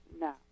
no